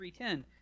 3.10